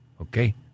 Okay